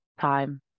time